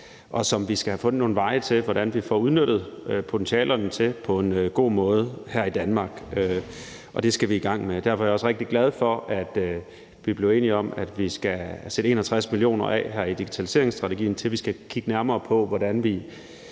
og som vi skal have fundet nogle veje til hvordan vi får udnyttet potentialerne i på en god måde her i Danmark. Det skal vi i gang med. Derfor er jeg også rigtig glad for, at vi blev enige om, at vi skal sætte 61 mio. kr. af her i digitaliseringsstrategien til, at vi skal kigge nærmere på, hvordan vi